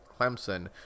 Clemson